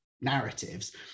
narratives